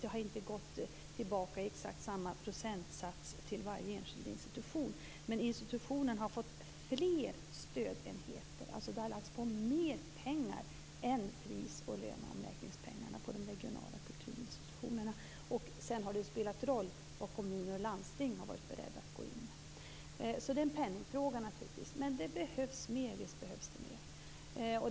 Det har inte gått tillbaka i exakt samma procentsats till varje enskild institution, men institutionen har fått fler stödenheter. Det har lagts på mer pengar än pris och löneomräkningspengarna på de regionala kulturinstitutionerna. Sedan har det spelat en viss roll vad kommuner och landsting har varit beredda att gå in med. Det är naturligtvis en penningfråga. Men visst behövs det mer.